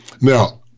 Now